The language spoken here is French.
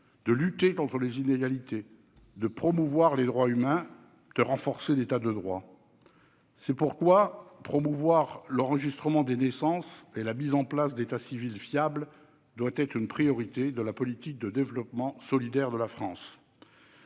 de lutter contre les inégalités, de promouvoir les droits humains et de renforcer l'État de droit. À nos yeux, la promotion de l'enregistrement des naissances et la mise en place d'états civils fiables doivent être une priorité de la politique de développement solidaire de la France.